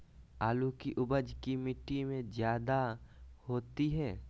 आलु की उपज की मिट्टी में जायदा होती है?